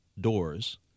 doors